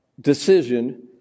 decision